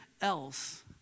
else